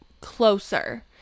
closer